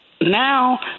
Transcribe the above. Now